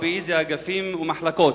ובאילו אגפים ומחלקות?